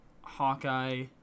Hawkeye